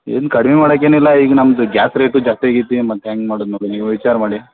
ಏನು ಕಡಿಮೆ ಮಾಡಕ್ಕೇನಿಲ್ಲ ಈಗ ನಮ್ದು ಜಾತ್ರೆ ಇತ್ತು ಜಾತೆ ಗೀತೆ ಮತ್ತು ಹೆಂಗೆ ಮಾಡುದ ಮೊದು ನೀವು ವಿಚಾರ ಮಾಡಿ